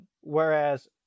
Whereas